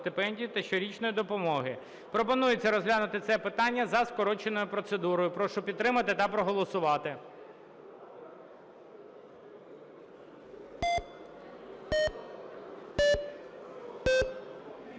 Прошу підтримати та проголосувати.